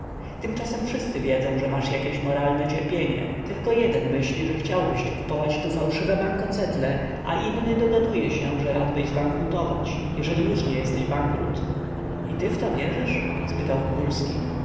tymczasem wszyscy wiedzą że masz jakieś moralne cierpienie tylko jeden myśli że chciałbyś kupować tu fałszywe bankocetle a inny dogaduje się że radbyś zbankrutować jeżeli już nie jesteś bankrut i ty w to wierzysz spytał